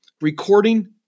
recording